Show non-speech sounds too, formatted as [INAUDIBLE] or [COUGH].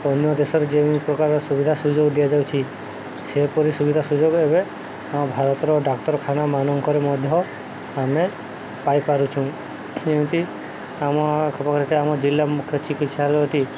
ଅନ୍ୟ ଦେଶରେ ଯେଉଁ ପ୍ରକାରର ସୁବିଧା ସୁଯୋଗ ଦିଆଯାଉଛି ସେହିପରି ସୁବିଧା ସୁଯୋଗ ଏବେ ଆମ ଭାରତର ଡାକ୍ତରଖାନାମାନଙ୍କରେ ମଧ୍ୟ ଆମେ ପାଇପାରୁଛୁ ଏମିତି ଆମ [UNINTELLIGIBLE] ଆମ ଜିଲ୍ଲାର ମୁଖ୍ୟ ଚିକିତ୍ସାଳୟଟି